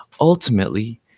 ultimately